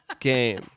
game